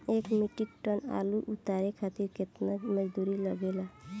एक metric ton आलू उतारे खातिर केतना मजदूरी लागेला?